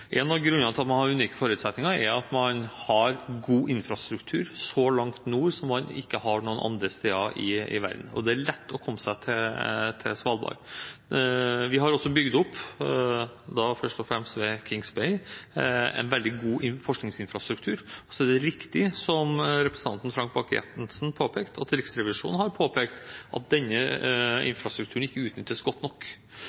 En av grunnene til at man har unike forutsetninger, er at man har god infrastruktur så langt nord som man ikke har noen andre steder i verden. Det er lett å komme seg til Svalbard. Vi har også bygd opp en veldig god forskningsinfrastruktur først og fremst ved Kings Bay. Og så er det riktig, som representanten Frank Bakke-Jensen påpekte, at Riksrevisjonen har påpekt at denne infrastrukturen ikke utnyttes godt nok.